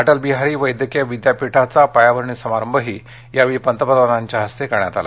अश्के बिहारी वैद्यकीय विद्यापीठाचा पायाभरणी समारंभही यावेळी पंतप्रधानाच्या हस्ते करण्यात आला